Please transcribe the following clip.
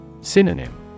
Synonym